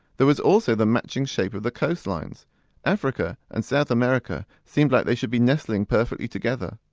there was also the matching shape of the coastlines africa and south america seemed like they should be nestling perfectly together.